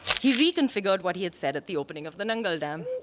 he reconfigured what he had said at the opening of the nangal dam.